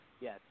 Yes